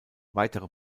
weitere